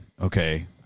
okay